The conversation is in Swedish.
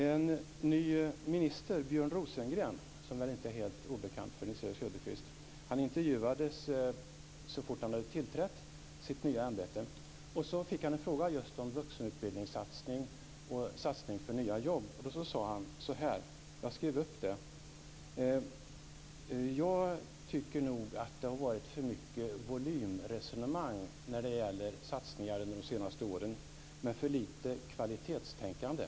En ny minister, Björn Rosengren, som väl inte är helt obekant för Nils-Erik Söderqvist, intervjuades så fort han hade tillträtt sitt nya ämbete. Han fick en fråga om just vuxenutbildningssatsning och satsning på nya jobb. Han sade så här: Jag tycker nog att det har varit för mycket volymresonemang när det gäller satsningar under de senaste åren men för lite kvalitetstänkande.